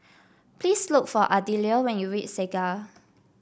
please look for Ardelia when you reach Segar